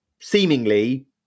seemingly